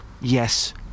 Yes